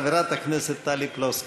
חברת הכנסת טלי פלוסקוב.